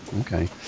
okay